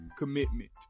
Commitment